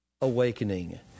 awakening